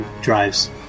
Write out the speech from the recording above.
drives